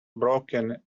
broken